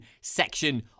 section